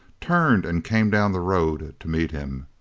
turned and came down the road to meet him.